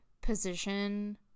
position